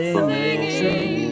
singing